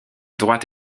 droite